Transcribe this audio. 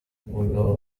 umugabo